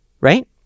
Right